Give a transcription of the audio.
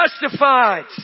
justified